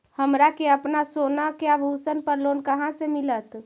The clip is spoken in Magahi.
हमरा के अपना सोना के आभूषण पर लोन कहाँ से मिलत?